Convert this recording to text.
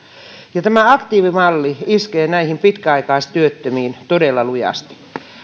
ja tämä aktiivimalli iskee näihin pitkäaikaistyöttömiin todella lujasti